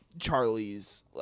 Charlie's